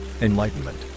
enlightenment